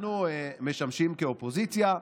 אנחנו משמשים כאופוזיציה,